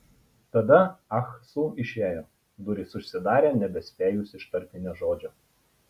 tada ah su išėjo durys užsidarė nebespėjus ištarti nė žodžio